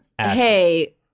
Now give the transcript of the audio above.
hey